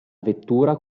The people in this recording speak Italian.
vettura